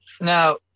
Now